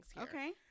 Okay